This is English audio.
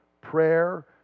prayer